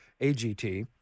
AGT